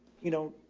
you know,